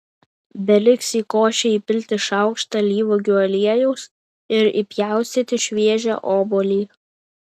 beliks į košę įpilti šaukštą alyvuogių aliejaus ir įpjaustyti šviežią obuolį